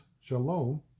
shalom